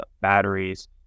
batteries